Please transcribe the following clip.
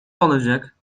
olacak